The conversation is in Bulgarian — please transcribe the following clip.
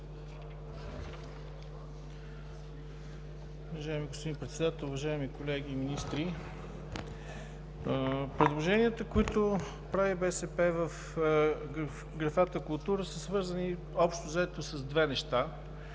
уважаеми колеги и министри! Предложенията, които прави БСП в графата „Култура“, са свързани общо взето с две неща